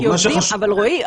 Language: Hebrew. רואי,